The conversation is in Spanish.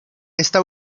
esta